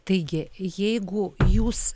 taigi jeigu jūs